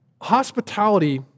hospitality